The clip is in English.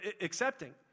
accepting